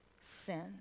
sin